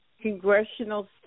congressional